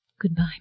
Goodbye